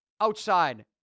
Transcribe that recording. outside